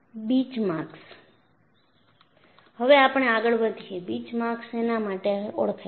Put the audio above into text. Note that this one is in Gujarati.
બીચમાર્ક્સ હવે આપણે આગળ વધીએ બીચમાર્ક્સ શેના માટે ઓળખાય છે